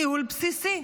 ניהול בסיסי.